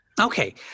Okay